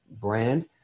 brand